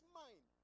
mind